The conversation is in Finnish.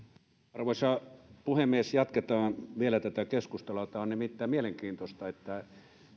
arvoisa puhemies jatketaan vielä tätä keskustelua tämä on nimittäin mielenkiintoista että